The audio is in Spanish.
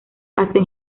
hacen